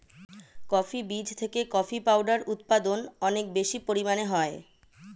coffee বীজ থেকে coffee powder উৎপাদন অনেক বেশি পরিমাণে হয়